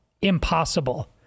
impossible